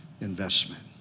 investment